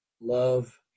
love